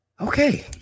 Okay